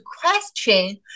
question